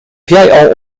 jij